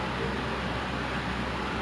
my nenek love kambing man